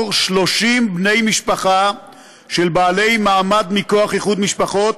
30 בני משפחה של בעלי מעמד מכוח איחוד משפחות,